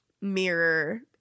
mirror